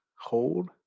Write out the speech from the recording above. hold